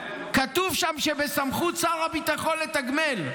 כתוב שם שבסמכות שר הביטחון לתגמל.